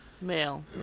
Male